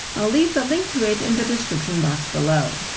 i'll leave the link to it in the description box below.